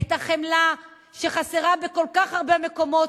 את החמלה שחסרה בכל כך הרבה מקומות,